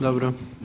Dobro.